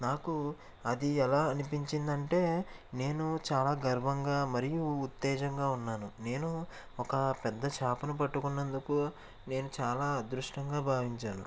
నాకు అది ఎలా అనిపించింది అంటే నేను చాలా గర్వంగా మరియు ఉత్తేజంగా ఉన్నాను నేను ఒక పెద్ద చేపను పట్టుకున్నందుకు నేను చాలా అదృష్టంగా భావించాను